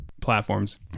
platforms